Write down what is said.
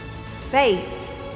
Space